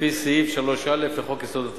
לפי סעיף 3א לחוק יסודות התקציב.